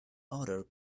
other